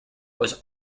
was